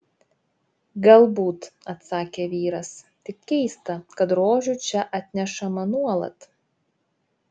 galbūt atsakė vyras tik keista kad rožių čia atnešama nuolat